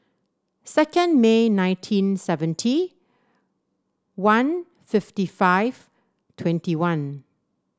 second May nineteen seventy one fifty five twenty one